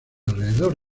alrededor